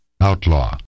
Outlaw